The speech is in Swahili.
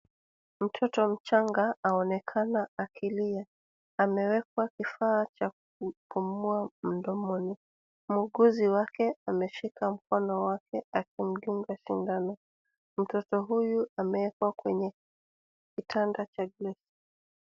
Mtoto mchanga aonekana akilia. Amewekwa kifaaa cha kupumua mdomoni. Mwuguzi wake ameshika mkono wake akimdunga sindano. Mtoto huyu amewekwa kwenye kitanda cha juu.